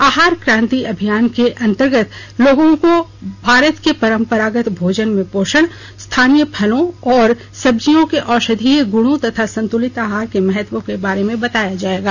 आहार क्रांति अभियान के अंतर्गत लोगों को भारत के परंपरागत भोजन में पोषण स्थानीय फलों और सब्जियों के औषधीय गुणों तथा संतुलित आहार के महत्व के बारे में बताया जाएगा